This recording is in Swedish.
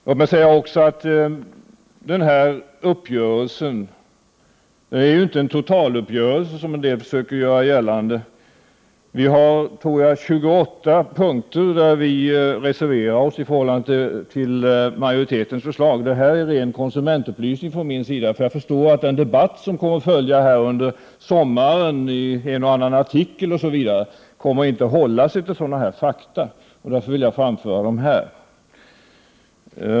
Låt mig också säga att uppgörelsen i finansutskottet inte är en totaluppgörelse, som en del försöker göra gällande. Jag tror att det är på 28 punkter som vi reserverar oss i förhållande till majoritetens förslag. Det här är ren konsumentupplysning från min sida, för jag förstår att den debatt som kommer att följa under sommaren, i en och annan artikel osv., inte kommer att hålla sig till fakta, och därför vill jag framföra dem här.